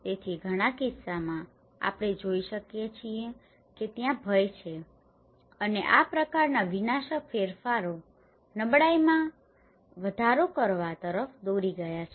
તેથી ઘણા કિસ્સાઓમાં આપણે જોઈ શકીએ છીએ કે ત્યાં ભય છે અને આ પ્રકારના વિનાશક ફેરફારો નબળાઈમાં વધારો કરવા તરફ દોરી ગયા છે